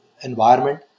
environment